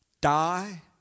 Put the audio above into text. die